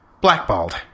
blackballed